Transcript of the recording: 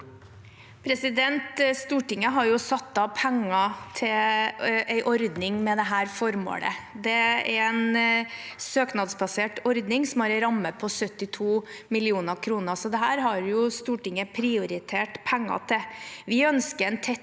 Stortinget har jo satt av penger til en ordning med dette formålet. Det er en søknadsbasert ordning som har en ramme på 72 mill. kr., så dette har Stortinget prioritert penger til.